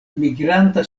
migranta